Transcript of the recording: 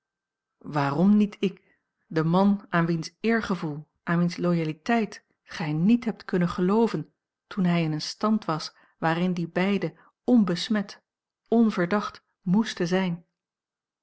waarom niet ik de man aan wiens eergevoel aan wiens loyauteit gij niet hebt kunnen gelooven toen hij in een stand was waarin die beide onbesmet onverdacht moesten zijn